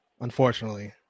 unfortunately